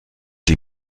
die